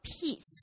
peace